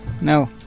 No